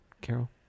Carol